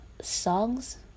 songs